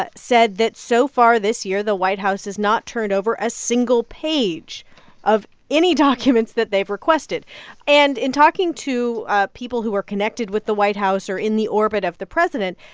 said that so far this year, the white house has not turned over a single page of any documents that they've requested and in talking to ah people who are connected with the white house or in the orbit of the president,